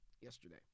yesterday